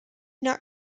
not